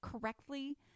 correctly